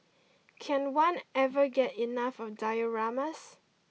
can one ever get enough of dioramas